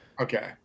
Okay